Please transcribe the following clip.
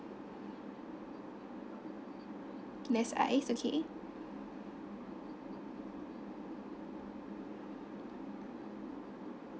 less ice okay